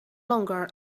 longer